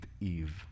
Eve